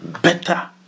better